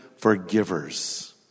forgivers